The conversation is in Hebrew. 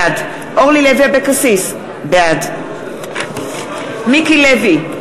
בעד אורלי לוי אבקסיס, בעד מיקי לוי,